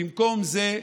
במקום זה,